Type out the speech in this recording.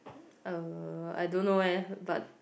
uh I don't know leh but